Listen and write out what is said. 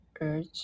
urge